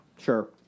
Sure